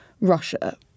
Russia